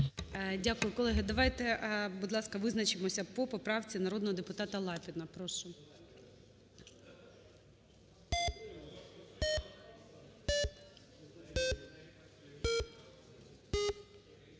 Дякую. Колеги, давайте, будь ласка, визначимося по правці народного депутата Лапіна, прошу.